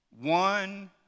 One